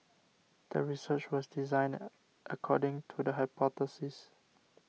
the research was designed according to the hypothesis